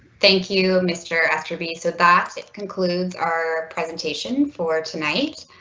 thank you mr. aster be so that it concludes our presentation for tonight.